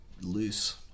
loose